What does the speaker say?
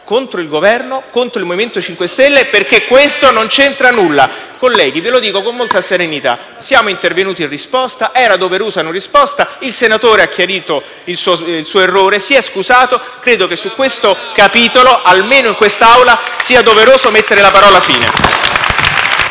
contro il Governo e contro il MoVimento 5 Stelle, perché questo non c'entra nulla. *(Commenti del senatore Faraone).* Colleghi, ve lo dico con molta serenità: siamo intervenuti in risposta, era doverosa una risposta, il senatore ha chiarito il suo errore e si è scusato. Credo che su questo capitolo, almeno in quest'Aula, sia doveroso mettere la parola fine.